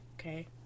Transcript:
Okay